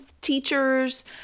teachers